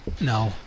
no